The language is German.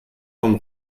vom